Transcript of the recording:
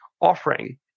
offering